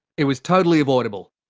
it was totally avoidable.